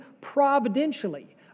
providentially